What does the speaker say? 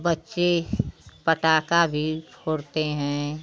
बच्चे पटाखा भी भोड़ते हैं